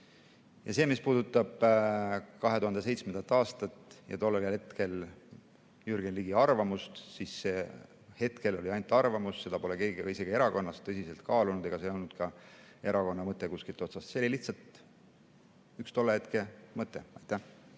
See, mis puudutab 2007. aastat ja tollel hetkel avaldatud Jürgen Ligi arvamust, siis see oli hetkel ainult arvamus, seda pole keegi isegi erakonnas tõsiselt kaalunud ega olnud see ka erakonna mõte kuskilt otsast, see oli lihtsalt üks tolle hetke mõte. Andres